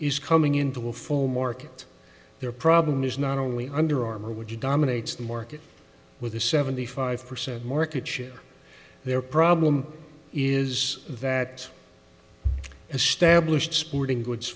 is coming into a full market their problem is not only under armor would you dominates the market with a seventy five percent market share their problem is that established sporting goods